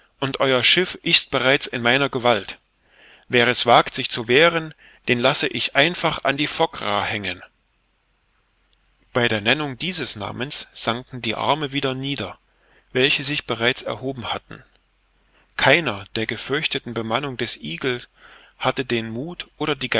und euer schiff ist bereits in meiner gewalt wer es wagt sich zu wehren den lasse ich einfach an die fockraa hängen bei der nennung dieses namens sanken die arme wieder nieder welche sich bereits erhoben hatten keiner der gefürchteten bemannung des eagle hatte den muth oder die